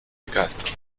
begeistert